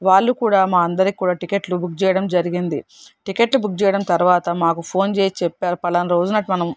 వాళ్ళు కూడా మా అందరికి కూడా టికెట్లు బుక్ చేయడం జరిగింది టికెట్లు బుక్ చేయడం తర్వాత మాకు ఫోన్ చేసి చెప్పారు పలానా రోజున మనం